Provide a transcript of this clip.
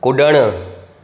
कुड॒णु